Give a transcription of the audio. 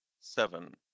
Seven